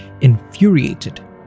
infuriated